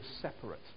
separate